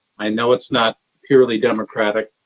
i know it's not purely democratic.